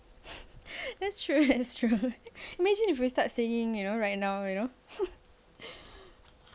that's true that's true imagine if we start singing you know right now you know